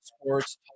Sports